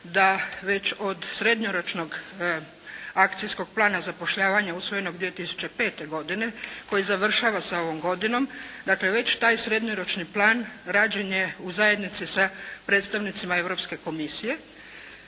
da već od srednjoročnog akcijskog plana zapošljavanja usvojenog 2005. godine koji završava sa ovom godinom, dakle već taj srednjoročni plan rađen je u zajednici sa predstavnicima Europske komisije.